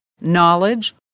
knowledge